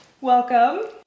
Welcome